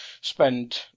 spend